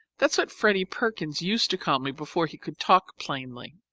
that's what freddy perkins used to call me before he could talk plainly.